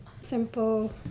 Simple